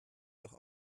doch